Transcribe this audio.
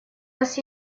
нас